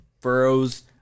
furrows